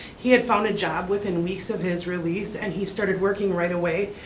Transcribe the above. he had found a job within weeks of his release, and he started working right away.